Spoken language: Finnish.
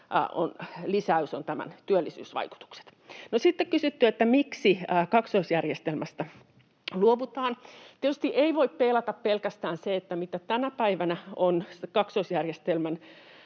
lisäys on tämän työllisyysvaikutus. No, sitten on kysytty, miksi kaksoisjärjestelmästä luovutaan. Ei tietysti voi peilata pelkästään siihen, mitä tänä päivänä on saatu